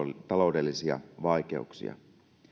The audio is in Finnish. taloudellisia vaikeuksia